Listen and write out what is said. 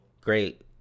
Great